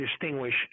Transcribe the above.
distinguish